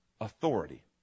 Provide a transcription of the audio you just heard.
authority